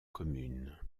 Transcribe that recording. communes